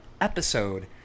episode